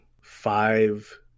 five